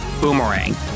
boomerang